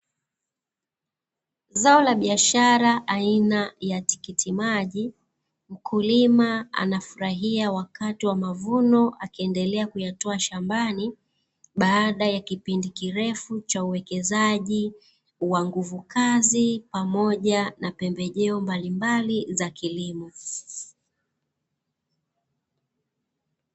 Zao la biashara aina ya tikitimaji, mkulima anafurahia wakati wa mavuno akiendelea kuyatoa shambani, baada ya kipindi kirefu cha uwekezaji wa nguvu kazi pamoja na pembejeo mbalimbali za kilimo.